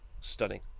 stunning